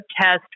test